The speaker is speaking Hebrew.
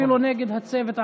אפילו נגד הצוות הערבי.